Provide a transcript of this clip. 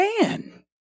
man